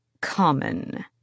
common